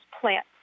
plant